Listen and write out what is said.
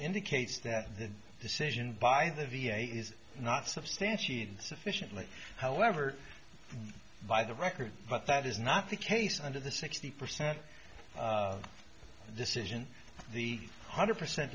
indicates that the decision by the v a is not substantiated sufficiently however by the record but that is not the case under the sixty percent decision the hundred percent